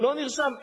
לא נרשם.